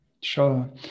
Sure